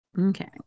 Okay